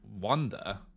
wonder